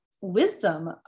wisdom